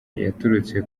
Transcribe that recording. yaturutse